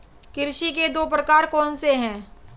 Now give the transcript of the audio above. कृषि के दो प्रकार कौन से हैं?